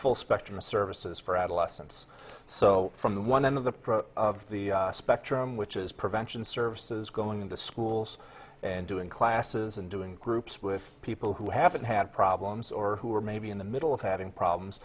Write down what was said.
full spectrum services for adolescents so from one of the of the spectrum which is prevention services going into schools and doing classes and doing groups with people who haven't had problems or who are maybe in the middle of having problems